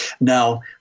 Now